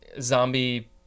zombie